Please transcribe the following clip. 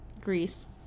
Greece